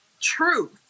truth